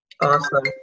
Awesome